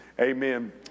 Amen